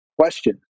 question